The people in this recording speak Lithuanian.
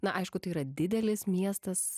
na aišku tai yra didelis miestas